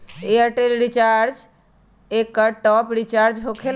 Airtel recharge एकर top off recharge होकेला?